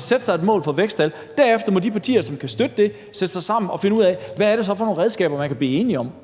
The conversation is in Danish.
satte sig et mål for væksttal. Derefter må de partier, som kan støtte det, sætte sig sammen og finde ud af, hvad det så er for nogle redskaber, man kan blive enige om.